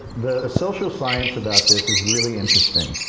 the social science about this is really interesting.